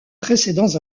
précédents